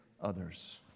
others